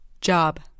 Job